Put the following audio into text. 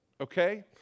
okay